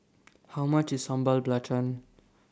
How much IS Sambal Belacan